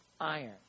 iron